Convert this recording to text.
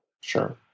Sure